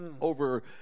over